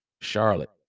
Charlotte